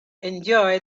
enjoy